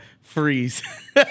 Freeze